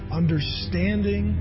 understanding